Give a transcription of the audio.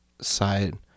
side